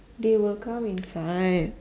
they will come inside